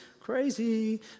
crazy